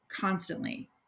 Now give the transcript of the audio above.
constantly